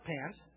pants